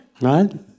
right